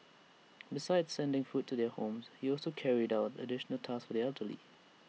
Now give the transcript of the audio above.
besides sending food to their homes he also carried out additional tasks for the elderly